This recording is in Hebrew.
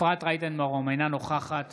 אינה נוכחת